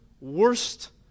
worst